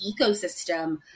ecosystem